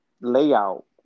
layout